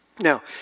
Now